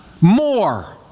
more